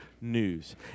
news